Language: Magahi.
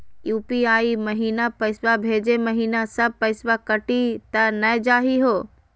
यू.पी.आई महिना पैसवा भेजै महिना सब पैसवा कटी त नै जाही हो?